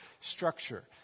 structure